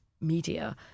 media